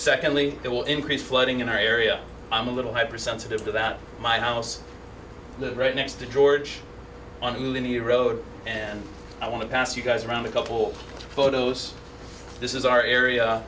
secondly it will increase flooding in our area i'm a little hyper sensitive to that my house right next to george on the road and i want to pass you guys around a couple photos this is our